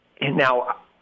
now